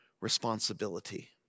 responsibility